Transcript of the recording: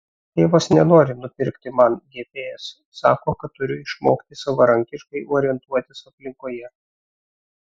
tėvas nenori nupirkti man gps sako kad turiu išmokti savarankiškai orientuotis aplinkoje